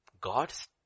God's